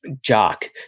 Jock